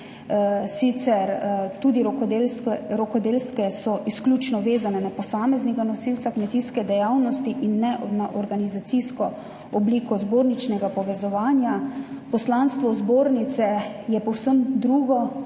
sicer tudi rokodelske so izključno vezane na posameznega nosilca kmetijske dejavnosti in ne na organizacijsko obliko zborničnega povezovanja. Poslanstvo zbornice je povsem drugo,